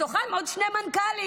בתוכם עוד שני מנכ"לים,